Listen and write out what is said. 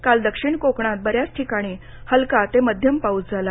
काल दक्षिण कोकणात बऱ्याच ठिकाणी हलका ते मध्यम पाऊस झाला